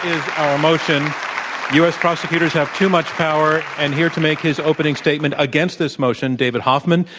our motion u. s. prosecutors have too much power and here to make his opening statement against this motion, david hoffman.